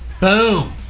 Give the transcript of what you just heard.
Boom